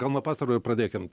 gal nuo pastarojo ir pradėkim